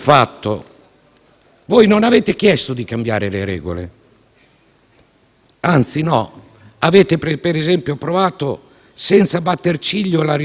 Non avete chiesto, come sarebbe stato utile per il Paese, al Parlamento italiano.